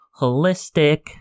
holistic